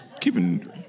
keeping